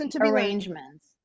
arrangements